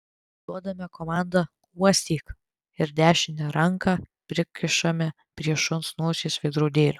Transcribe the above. duodame komandą uostyk ir dešinę ranką prikišame prie šuns nosies veidrodėlio